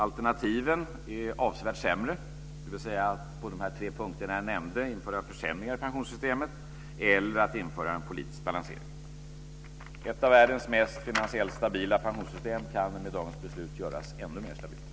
Alternativen är avsevärt sämre, dvs. att man på de punkter som jag nämnde inför försämringar i pensionssystemet eller att man inför en politisk balansering. Ett av världens mest finansiellt stabila pensionssystem kan med dagens beslut göras ännu mer stabilt.